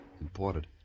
Imported